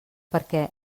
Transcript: perquè